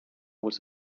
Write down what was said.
was